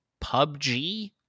PUBG